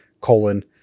colon